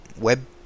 web